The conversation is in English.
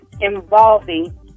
involving